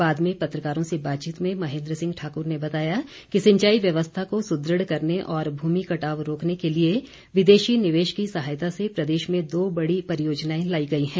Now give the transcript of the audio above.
बाद में पत्रकारों से बातचीत में महेंद्र सिंह ठाक्र ने बताया कि सिंचाई व्यवस्था को सुदृढ़ करने और भूमि कटाव रोकने के लिए विदेशी निवेश की सहायता से प्रदेश में दो बड़ी परियोजनाएं लाई गई हैं